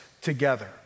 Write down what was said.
together